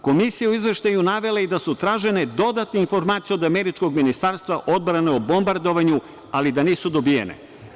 Komisija je u izveštaju navela da su tražene dodatne informacije od američkog Ministarstva odbrane o bombardovanju, ali da nisu dobijene.